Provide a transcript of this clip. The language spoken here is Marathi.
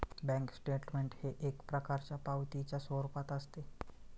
बँक स्टेटमेंट हे एक प्रकारच्या पावतीच्या स्वरूपात असते